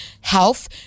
Health